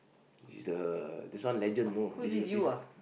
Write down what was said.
she's a this one legend you know this this